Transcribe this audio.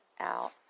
out